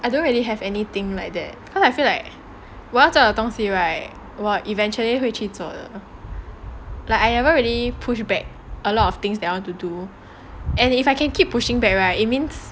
I don't really have anything like that cause I feel like 我要做的东西 right 我 eventually 会去做的 like I never really pushed back a lot of things that I want to do and if I can keep pushing back right it means